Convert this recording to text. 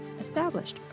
established